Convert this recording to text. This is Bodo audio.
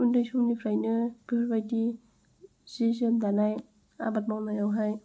उन्दै समनिफ्रायनो बेफोरबायदि जि जोम दानाय आबाद मावनायावहाय